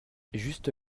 juste